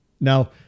Now